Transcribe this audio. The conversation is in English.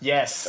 Yes